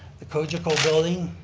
the cogeco building.